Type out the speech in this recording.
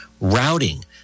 Routing